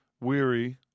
weary